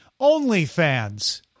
OnlyFans